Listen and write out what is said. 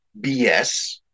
BS